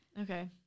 Okay